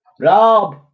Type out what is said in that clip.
Rob